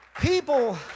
People